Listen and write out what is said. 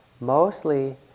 mostly